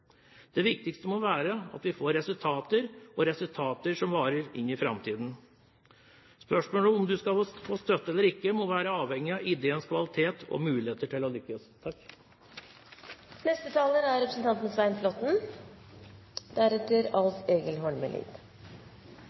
Det viktigste må være at vi får resultater – og resultater som varer inn i framtiden. Spørsmålet om du skal få støtte eller ikke, må være avhengig av ideens kvalitet og mulighet til å lykkes. Representanten Per Roar Bredvold har tatt opp det forslaget han refererte til. Det er